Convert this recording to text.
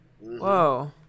Whoa